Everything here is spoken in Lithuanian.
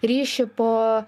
ryšį po